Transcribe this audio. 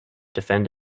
defend